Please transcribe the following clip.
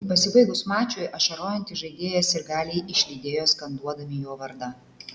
pasibaigus mačui ašarojantį žaidėją sirgaliai išlydėjo skanduodami jo vardą